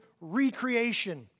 recreation